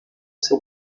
seu